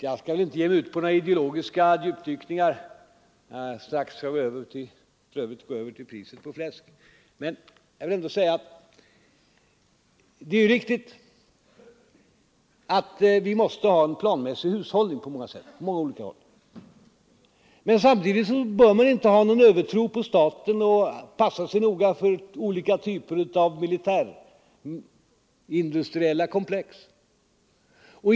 Jag skall inte ge mig ut på några ideologiska djupdykningar — jag skall för övrigt strax gå över till priset på fläsk — men jag vill ändå säga att det är riktigt att vi måste ha en planmässig hushållning på många olika områden. Samtidigt bör man inte ha någon övertro på staten, och man bör passa sig noga för olika typer av militärindustriella komplex.